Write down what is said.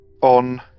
on